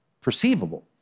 perceivable